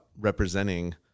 representing